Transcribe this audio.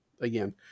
again